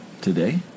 today